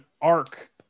arc